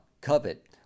covet